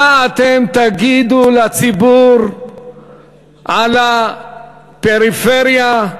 מה אתם תגידו לציבור על הפריפריה?